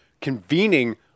convening